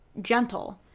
Gentle